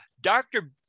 Dr